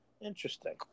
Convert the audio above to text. Interesting